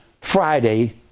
Friday